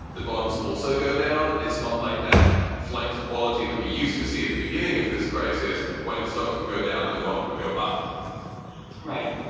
the bonds also go down. it's not like that flight to quality that we used to see at the beginning of this crisis when the stocks would go down and the bonds would go up right.